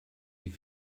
die